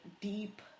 deep